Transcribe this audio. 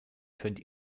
könnt